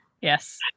Yes